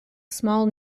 small